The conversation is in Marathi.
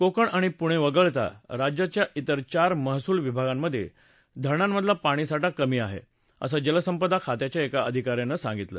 कोकण आणि पुणे वगळता राज्याच्या तिर चार महसूल विभागांमधे धरणांमधला पाणीसाठा कमी आहे असं जलसंपदा खात्याच्या एका अधिका यानं सांगितलं